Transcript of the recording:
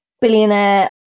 billionaire